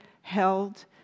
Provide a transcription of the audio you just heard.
held